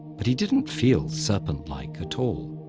but he didn't feel serpent-like at all.